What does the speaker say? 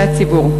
שליחי הציבור.